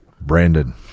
Brandon